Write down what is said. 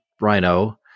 rhino